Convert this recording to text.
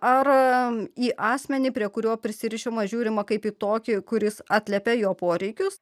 ar į asmenį prie kurio prisirišama žiūrima kaip į tokį kuris atliepia jo poreikius